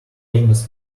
famous